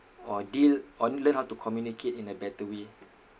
or deal only learn how to communicate in a better way